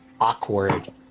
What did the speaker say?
awkward